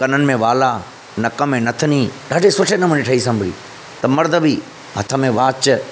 कननि में वाला नक में नथनी ॾाढे सुठे नमूने ठही संभड़ी त मर्द बि हथ में वॉच